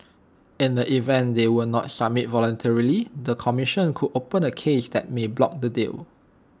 in the event they will not submit voluntarily the commission could open A case that may block the deal